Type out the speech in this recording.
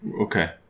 Okay